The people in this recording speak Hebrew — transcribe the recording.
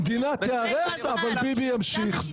המדינה תיהרס, אבל ביבי ימשיך.